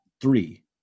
three